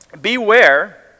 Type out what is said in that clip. Beware